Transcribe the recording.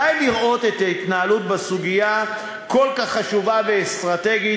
די לראות את ההתנהלות בסוגיה כל כך חשובה ואסטרטגית,